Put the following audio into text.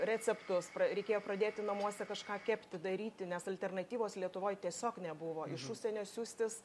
receptus pra reikėjo pradėti namuose kažką kepti daryti nes alternatyvos lietuvoj tiesiog nebuvo iš užsienio siųstis